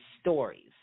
stories